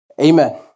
Amen